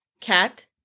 Cat